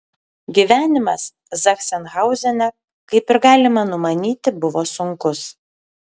gyvenimas zachsenhauzene kaip ir galima numanyti buvo sunkus